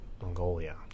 Mongolia